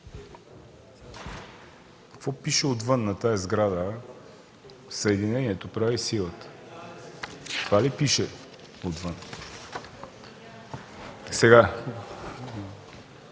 какво пише отвън на тази сграда? – „Съединението прави силата”. Това ли пише отвън? Аз